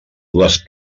dues